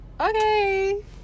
Okay